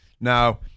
Now